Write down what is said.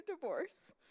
divorce